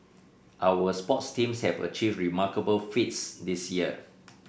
our sports teams have achieved remarkable feats this year